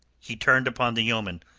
he turned upon the yeoman.